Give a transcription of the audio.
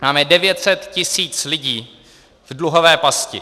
Máme 900 tisíc lidí v dluhové pasti.